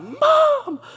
Mom